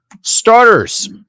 Starters